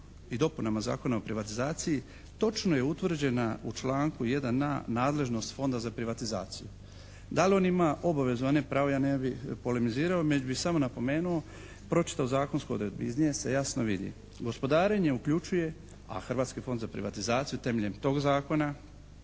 i dopunama Zakona o privatizaciji točno je utvrđena u članku 1. na nadležnost Fonda za privatizaciju. Da li on ima obavezu, a ne pravo ja ne bih polemizirao već bih samo napomenuo, pročitao zakonsku odredbu. Iz nje se jasno vidi gospodarenje uključuje, a Hrvatski fond za privatizaciju temeljem tog zakona